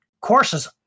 courses